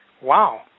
Wow